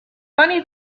funny